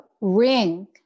ring